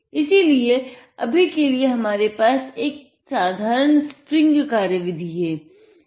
इसीलिए अभी के लिए हमारे पास एक साधारण स्प्रिंग कार्यविधि है